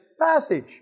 passage